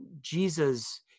Jesus